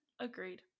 agreed